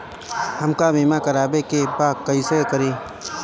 हमका बीमा करावे के बा कईसे करी?